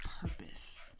purpose